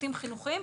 צוותים חינוכיים,